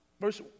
Verse